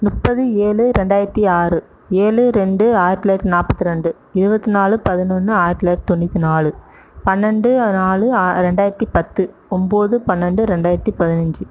முப்பது ஏழு ரெண்டாயிரத்து ஆறு ஏழு ரெண்டு ஆயிரத்து தொள்ளாயிரத்து நாற்பத்தி ரெண்டு இருபத்தி நாலு பதினொன்று ஆயிரத்து தொள்ளாயிரத்து தொண்ணுாற்றி நாலு பன்னெண்டு நாலு ஆ ரெண்டாயிரத்து பத்து ஒம்பது பன்னெண்டு ரெண்டாயிரத்து பதினஞ்சு